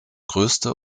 größte